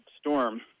storm